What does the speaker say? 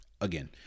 again